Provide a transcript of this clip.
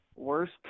worst